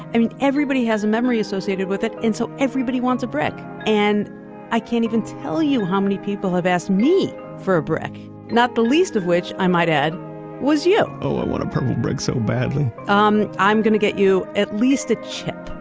i mean everybody has memories associated with it and so everybody wants a brick. and i can't even tell you how many people have asked me for a brick, not the least of which i might add was you. oh, i want a purple brick so badly! um i'm going to get you at least a chip,